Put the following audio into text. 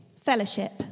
fellowship